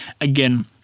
Again